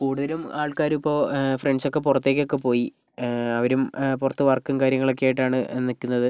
കൂടുതലും ആൾക്കാരിപ്പോൾ ഫ്രണ്ട്സൊക്കെ പുറത്തേക്കൊക്കെ പോയി അവരും പുറത്ത് വർക്കും കാര്യങ്ങളൊക്കെ ആയിട്ടാണ് നിൽക്കുന്നത്